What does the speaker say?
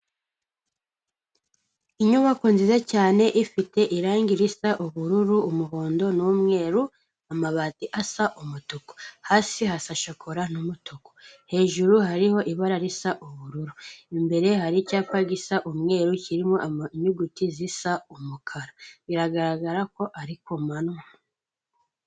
Inyubako nziza cyane ifite irange risa ubururu, umuhondo n'umweru, amabati asa umutuku, hasi hasa shakora n'umutuku, hejuru hariho ibara risa ubururu, imbere hari icyapa gisa umweru kirimo inyuguti zisa umukara, biragaragarako ari ku manywa.